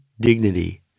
dignity